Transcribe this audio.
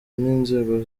n’inzego